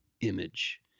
image